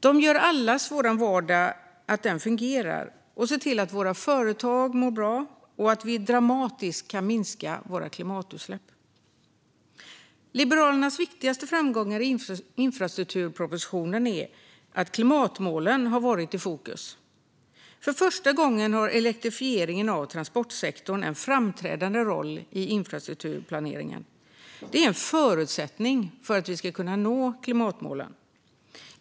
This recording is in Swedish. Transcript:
De gör att allas vår vardag fungerar, ser till att våra företag mår bra och att vi dramatiskt kan minska våra klimatutsläpp. Liberalernas viktigaste framgång i infrastrukturpropositionen är att klimatmålen är i fokus. För första gången har elektrifieringen av transportsektorn en framträdande roll i infrastrukturplaneringen. Det är en förutsättning för att vi ska kunna nå klimatmålen.